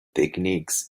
techniques